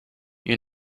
you